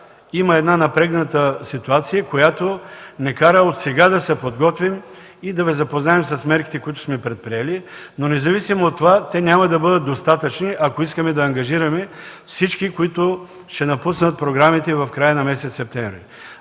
има една напрегната ситуация, която ни кара отсега да се подготвим и да Ви запознаем с мерките, които сме предприели. Обаче независимо от това те няма да бъдат достатъчни, ако искаме да ангажираме всички, които ще напуснат програмите в края на месец септември.